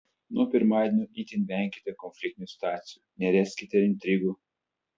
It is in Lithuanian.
nuo pirmadienio itin venkite konfliktinių situacijų neregzkite intrigų